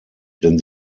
denn